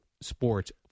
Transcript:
sports